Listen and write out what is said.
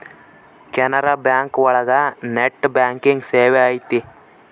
Canara bank ಒಳಗ net banking ಸೇವೆ ಐತಿ